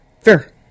Fair